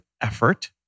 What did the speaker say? effort